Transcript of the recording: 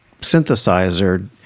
synthesizer